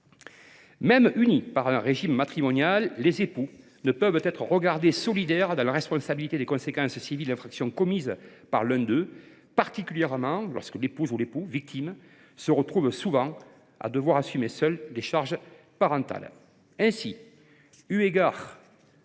Même unis par un régime matrimonial, les époux ne peuvent être considérés comme solidaires dans la responsabilité des conséquences civiles d’infractions commises par l’un d’eux, particulièrement lorsque l’époux victime se retrouve souvent à devoir assumer seul les charges parentales. Ainsi, eu égard